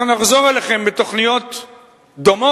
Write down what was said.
אנחנו נחזור אליכם בתוכניות דומות,